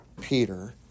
Peter